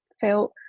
felt